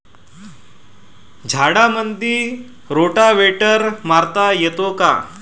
झाडामंदी रोटावेटर मारता येतो काय?